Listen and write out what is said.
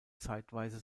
zeitweise